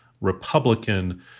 Republican